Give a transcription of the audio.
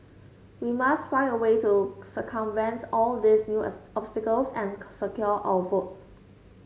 we must find a way to circumvents all these new obstacles and secure our votes